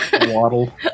waddle